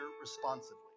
responsively